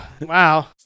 wow